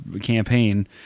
campaign